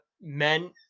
men